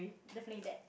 definitely that